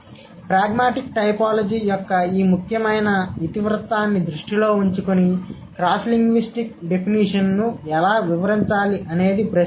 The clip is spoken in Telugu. కాబట్టి ప్రాగ్మాటిక్ టైపోలాజీ యొక్క ఈ ముఖ్యమైన ఇతివృత్తాన్ని దృష్టిలో ఉంచుకుని క్రాస్ లింగ్విస్టిక్ డెఫినిషన్ను ఎలా వివరించాలి అనేది ప్రశ్న